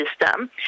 system